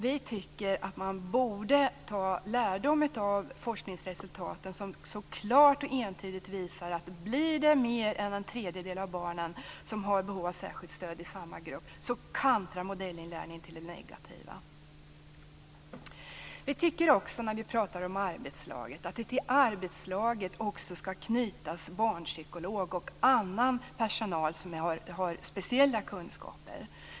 Vi tycker att man borde dra lärdom av forskningsresultaten, som klart och entydigt visar att om det blir mer än en tredjedel av barnen som har behov av särskilt stöd i samma grupp, kantrar modellinlärningen till det negativa. Vi tycker också, när vi pratar om arbetslaget, att det till arbetslaget skall knytas barnpsykolog och annan personal som har speciella kunskaper.